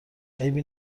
عیبی